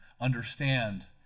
understand